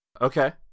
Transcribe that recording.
Okay